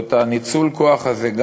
או את ניצול הכוח הזה,